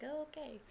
okay